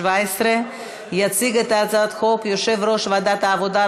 התשע"ז 2017. יציג את הצעת החוק יושב-ראש ועדת העבודה,